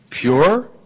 pure